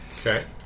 Okay